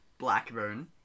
Blackburn